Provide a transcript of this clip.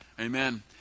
Amen